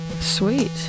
Sweet